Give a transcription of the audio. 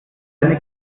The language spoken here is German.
seine